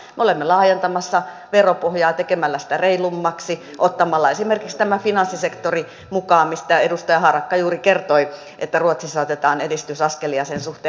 me olemme laajentamassa veropohjaa tekemällä sitä reilummaksi ottamalla mukaan esimerkiksi tämän finanssisektorin mistä edustaja harakka juuri kertoi että ruotsissa otetaan edistysaskelia sen suhteen